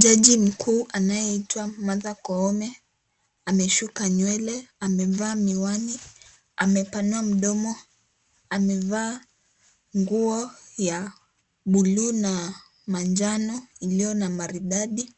Jaji mkuu anayeitwa Martha koome, ameshuka nywele, amevaa miwani, ame panua mdomo, amevaa nguo ya buluu na manjano ilyo na maridadi,